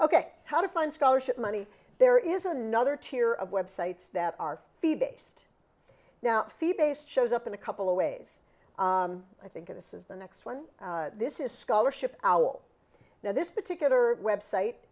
ok how to find scholarship money there is another tier of websites that are feed based now fee based shows up in a couple of ways i think this is the next one this is scholarship owl now this particular website